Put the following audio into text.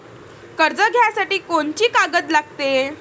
कर्ज घ्यासाठी कोनची कागद लागते?